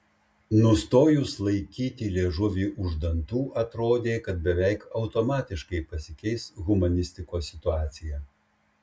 nustojus laikyti liežuvį už dantų atrodė kad beveik automatiškai pasikeis humanistikos situacija